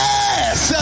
Yes